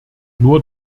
nur